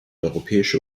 europäische